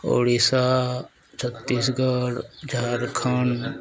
Odisha Chhattisgarh Jharkhand